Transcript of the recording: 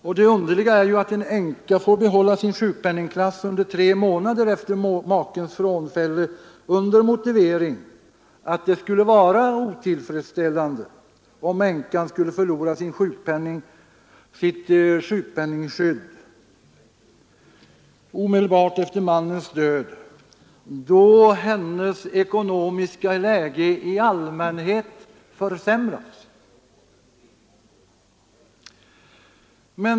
Och det underliga är att en änka får behålla sin sjukpenning klass under tre månader efter makens frånfälle med motivering att det skulle vara otillfredsställande om änkan skulle förlora sitt sjukpenningskydd omedelbart efter mannens död, då hennes ekonomiska läge i allmänhet försämras.